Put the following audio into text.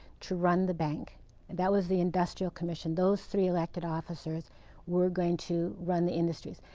to run the bank, and that was the industrial commission, those three elected officers were going to run the industries.